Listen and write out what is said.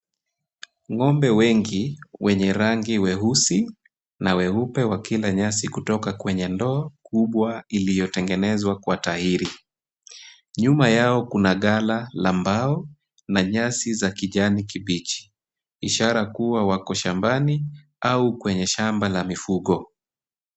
Ng'ombe wengi wenye rangi weusi na weupe wakila nyasi kwenye ndoo kubwa iliyotengenezwa kwa tairi. Nyuma yao kuna gala la mbao na nyasi za kijani kibichi ishara kuwa wako shambani au kwenye shamba la mifugo.